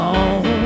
on